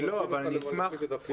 אני לא רוצה אבל אני אשמח להבין על פי